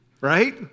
right